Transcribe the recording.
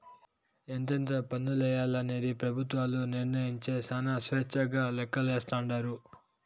ఎంతెంత పన్నులెయ్యాలనేది పెబుత్వాలు నిర్మయించే శానా స్వేచ్చగా లెక్కలేస్తాండారు